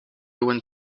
went